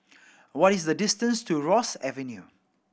what is the distance to Ross Avenue